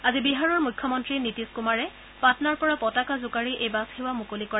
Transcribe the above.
আজি বিহাৰৰ মুখ্যমন্ত্ৰী নীতিশ কুমাৰে পাটনাৰ পৰা পতাকা জোকাৰি এই বাছসেৱা মুকলি কৰে